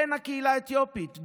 בן הקהילה האתיופית,